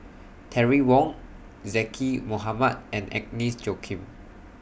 Terry Wong Zaqy Mohamad and Agnes Joaquim